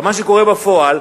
אבל מה שקורה בפועל,